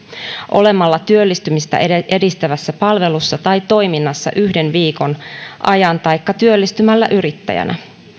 olemalla työllistymistä edistävässä palvelussa tai toiminnassa yhden viikon ajan taikka työllistymällä yrittäjänä